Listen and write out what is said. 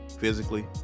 physically